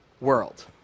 world